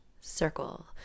circle